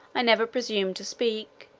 i never presumed to speak,